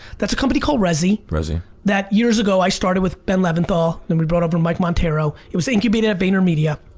that's a company called resee. resee that years ago i started with ben leventhal, then we brought over mike monteiro. it was incubated at vaynermedia.